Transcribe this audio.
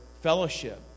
fellowship